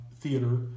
Theater